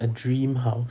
a dream house